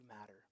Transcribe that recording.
matter